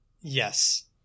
Yes